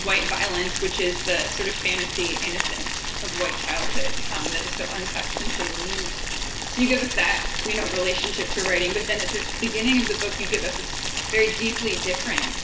white violence, which is the sort of fantasy innocence of white childhood um that is so untouched and so removed. so you give us that you know relationship to writing. but then at the beginning of the book, you give us us very deeply different